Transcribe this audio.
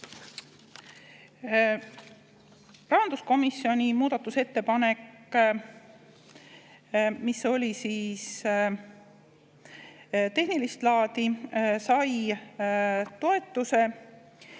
Rahanduskomisjoni muudatusettepanek, mis oli tehnilist laadi, sai toetuse